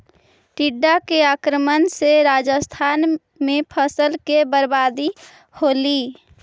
टिड्डा के आक्रमण से राजस्थान में फसल के बर्बादी होलइ